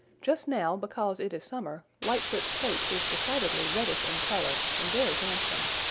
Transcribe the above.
just now, because it is summer, lightfoot's coat is decidedly reddish in color and very handsome.